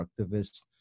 constructivist